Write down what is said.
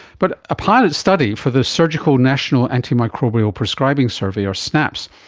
but a pilot study for the surgical national antimicrobial prescribing survey, or snaps,